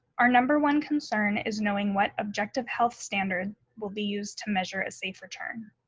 our number one concern is knowing what objective health standard will be used to measure a safe return.